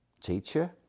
teacher